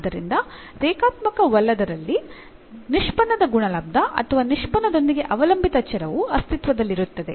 ಆದ್ದರಿಂದ ರೇಖಾತ್ಮಕವಲ್ಲದರಲ್ಲಿ ನಿಷ್ಪನ್ನದ ಗುಣಲಬ್ದ ಅಥವಾ ನಿಷ್ಪನ್ನದೊಂದಿಗೆ ಅವಲಂಬಿತ ಚರವು ಅಸ್ತಿತ್ವದಲ್ಲಿರುತ್ತದೆ